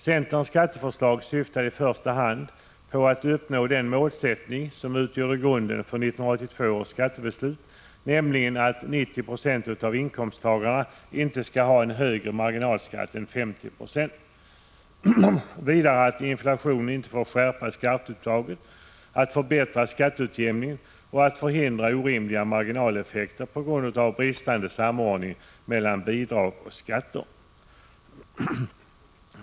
Centerns skatteförslag syftade i första hand till att uppnå den målsättning som utgjorde grunden för 1982 års skattebeslut, nämligen att 90 2 av inkomsttagarna inte skall ha en högre marginalskatt än 50 9, att inflationen inte får skärpa skatteuttaget, att skatteutjämningen förbättras och att orimliga marginaleffekter på grund av bristande samordning mellan bidrag och skatter förhindras.